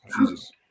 Jesus